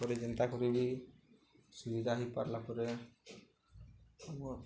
ପରେ ଯେନ୍ତା କରେ ବି ସୁବିଦା ହେଇପାରିଲା ପରେ ଆ